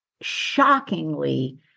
shockingly